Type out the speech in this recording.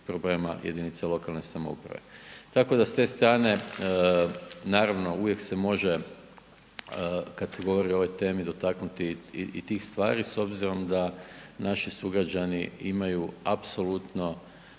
problema jedinica lokalne samouprave. Tako da s te strane naravno uvijek se može kad se govori o ovoj temi dotaknuti i tih stvari s obzirom da naši sugrađani imaju apsolutno